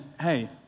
hey